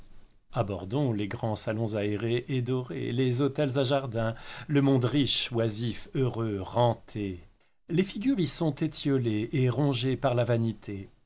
mais abordons les grands salons aérés et dorés les hôtels à jardins le monde riche oisif heureux renté les figures y sont étiolées et rongées par la vanité